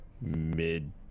mid